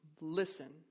listen